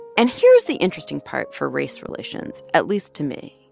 and here's the interesting part for race relations, at least to me.